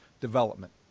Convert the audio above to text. development